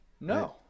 No